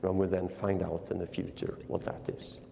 um we'll then find out in the future what that is.